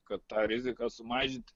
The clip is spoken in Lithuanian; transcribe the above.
kad tą riziką sumažinti